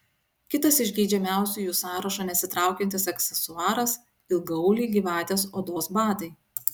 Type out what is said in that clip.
kitas iš geidžiamiausiųjų sąrašo nesitraukiantis aksesuaras ilgaauliai gyvatės odos batai